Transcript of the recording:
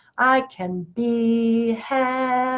i can be happy.